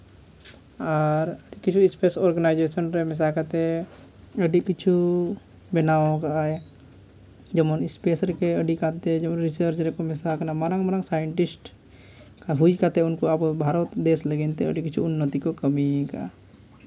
ᱟᱨ ᱠᱤᱪᱷᱩ space organisation ᱨᱮ ᱢᱮᱥᱟ ᱠᱟᱛᱮᱫ ᱟᱹᱰᱤ ᱠᱤᱪᱷᱩ ᱵᱮᱱᱟᱣ ᱠᱟᱜᱼᱟᱭ ᱡᱮᱢᱚᱱ ᱥᱯᱮᱹᱥ ᱨᱮᱜᱮ ᱟᱹᱰᱤ ᱠᱟᱨᱛᱮ ᱡᱮᱢᱚᱱ ᱨᱤᱥᱟᱨᱪ ᱨᱮᱠᱚ ᱢᱮᱥᱟᱣ ᱠᱟᱱᱟ ᱢᱟᱨᱟᱝ ᱢᱟᱨᱟᱝ ᱥᱟᱭᱮᱱᱴᱤᱥᱴ ᱦᱩᱭ ᱠᱟᱛᱮᱫ ᱩᱱᱠᱩ ᱟᱵᱚ ᱵᱷᱟᱨᱚᱛ ᱫᱮᱹᱥ ᱞᱟᱹᱜᱤᱫ ᱛᱮ ᱟᱹᱰᱤ ᱠᱤᱪᱷᱩ ᱩᱱᱱᱚᱛᱤ ᱠᱚ ᱠᱟᱹᱢᱤᱭ ᱠᱟᱜᱼᱟ